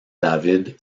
david